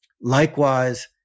likewise